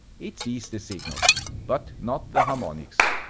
it sees the signal but not the harmonics.